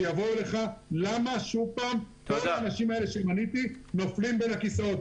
שיגידו למה שוב פעם כל האנשים האלה שמניתי נופלים בין הכיסאות?